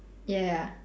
ya ya